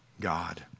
God